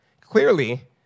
Clearly